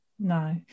No